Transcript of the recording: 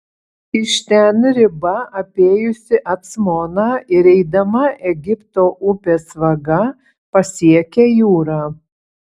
iš ten riba apėjusi acmoną ir eidama egipto upės vaga pasiekia jūrą